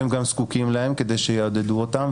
הם גם זקוקים להם כדי שיעודדו אותם,